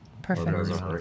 Perfect